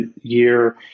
year